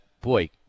boy